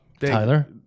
Tyler